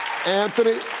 anthony,